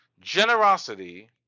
Generosity